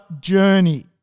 journey